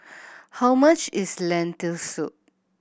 how much is Lentil Soup